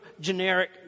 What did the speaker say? generic